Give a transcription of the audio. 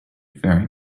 very